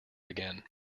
again